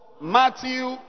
Matthew